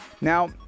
Now